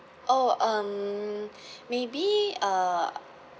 oh um maybe uh